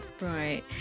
Right